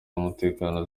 z’umutekano